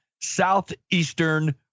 Southeastern